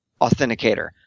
Authenticator